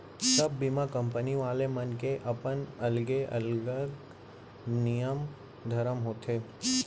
सब बीमा कंपनी वाले मन के अपन अलगे अलगे नियम धरम होथे